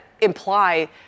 imply